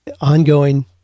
ongoing